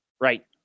Right